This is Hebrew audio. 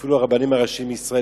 אפילו הרבנים הראשיים לישראל,